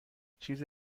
چیز